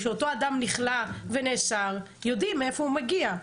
שאותו אדם נכלא ונאסר יודעים מאיפה הוא מגיע,